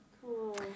Cool